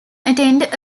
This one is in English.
attend